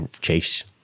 Chase